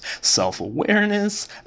self-awareness